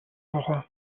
woche